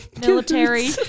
military